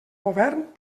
govern